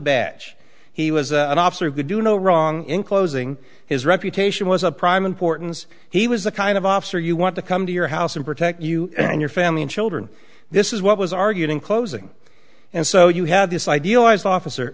badge he was an officer who could do no wrong in closing his reputation was a prime importance he was the kind of officer you want to come to your house and protect you and your family and children this is what was argued in closing and so you had this idealized officer